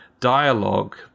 dialogue